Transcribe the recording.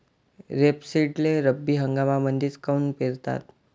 रेपसीडले रब्बी हंगामामंदीच काऊन पेरतात?